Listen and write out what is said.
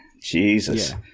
Jesus